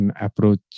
approach